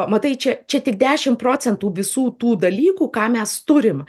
matai čia čia tik dešim procentų visų tų dalykų ką mes turim